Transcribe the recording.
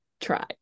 try